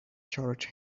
charged